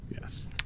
Yes